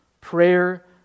prayer